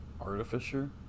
Artificer